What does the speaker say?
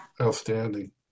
Outstanding